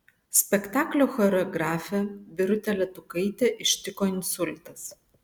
spektaklio choreografę birutę letukaitę ištiko insultas